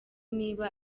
niba